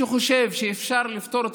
אבל